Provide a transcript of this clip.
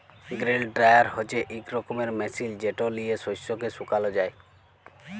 grain dryer হছে ইক রকমের মেশিল যেট লিঁয়ে শস্যকে শুকাল যায়